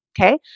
Okay